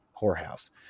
whorehouse